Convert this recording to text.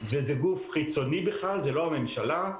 וזה גוף חיצוני בכלל, זו לא הממשלה.